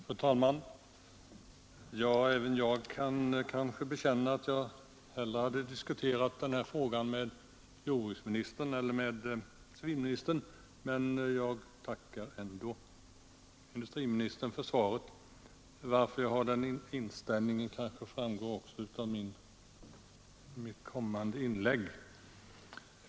Fru talman! Även jag kan bekänna att jag hellre hade diskuterat denna fråga med jordbruksministern eller civilministern. Varför jag har den inställningen kanske framgår av mitt kommande inlägg. Men jag tackar ändå industriministern för svaret.